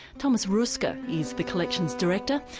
thomas roeske ah is the collection's director,